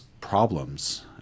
problems